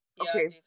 Okay